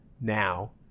now